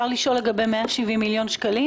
אני רוצה לשאול לגבי ה-170 מיליון שקלים.